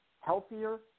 healthier